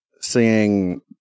seeing